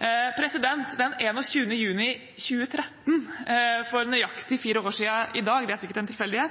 Den 21. juni 2013 – for nøyaktig fire